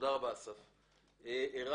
אני